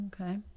Okay